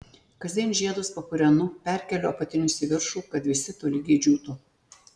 kasdien žiedus papurenu perkeliu apatinius į viršų kad visi tolygiai džiūtų